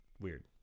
Weird